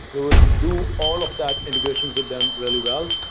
we will do all of that integrations with them really well.